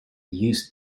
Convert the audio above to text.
used